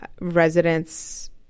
residents